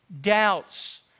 doubts